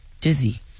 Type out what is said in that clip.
dizzy